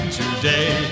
today